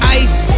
ice